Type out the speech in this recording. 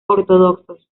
ortodoxos